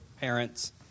parents